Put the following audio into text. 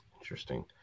Interesting